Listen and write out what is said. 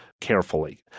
carefully